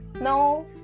no